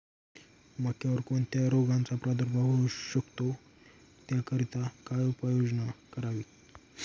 मक्यावर कोणत्या रोगाचा प्रादुर्भाव होऊ शकतो? त्याकरिता काय उपाययोजना करावी?